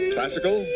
Classical